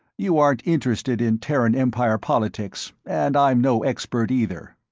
you aren't interested in terran empire politics, and i'm no expert either.